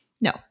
No